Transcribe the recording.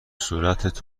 صورتت